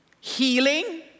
healing